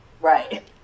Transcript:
Right